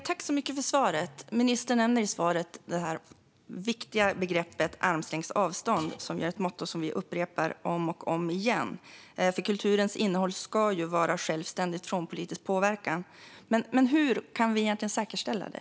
Herr talman! Ministern nämner i svaret det viktiga begreppet armlängds avstånd. Det är ett motto som vi upprepar om och om igen, för kulturens innehåll ska ju vara självständigt från politisk påverkan. Men hur kan vi säkerställa det?